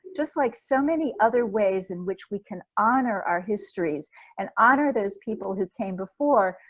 just like so many other ways in which we can honor our histories and honor those people who came before,